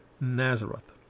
Nazareth